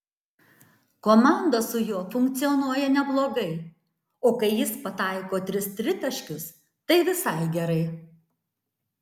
komanda su juo funkcionuoja neblogai o kai jis pataiko tris tritaškius tai visai gerai